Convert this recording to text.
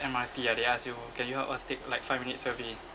M_R_T ah they ask you can you help us take like five minute survey